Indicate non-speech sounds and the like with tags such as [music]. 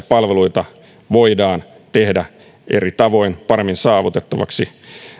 [unintelligible] palveluita voidaan tehdä eri tavoin paremmin saavutettaviksi